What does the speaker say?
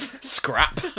scrap